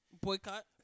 Boycott